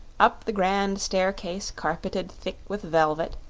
up the grand staircase carpeted thick with velvet,